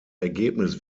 ergebnis